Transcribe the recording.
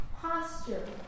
posture